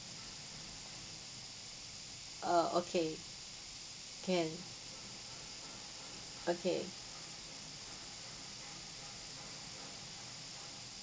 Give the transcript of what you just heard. uh okay can okay